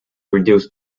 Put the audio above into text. reduce